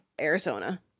Arizona